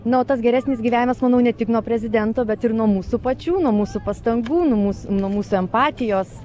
na o tas geresnis gyvenimas manau ne tik nuo prezidento bet ir nuo mūsų pačių nuo mūsų pastangų nuo mūs nuo mūsų empatijos